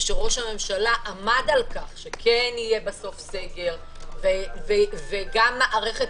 ושראש הממשלה עמד על כך שכן יהיה בסוף סגר וגם מערכת